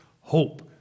hope